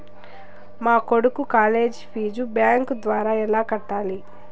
మా కొడుకు college fees bank ద్వారా ఎలా కట్టాలి?